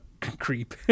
creep